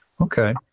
Okay